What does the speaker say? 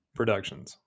Productions